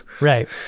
Right